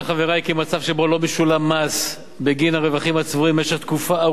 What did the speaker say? כי מצב שבו לא משולם מס בגין הרווחים הצבורים במשך תקופה ארוכה,